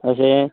अशें